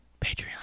Patreon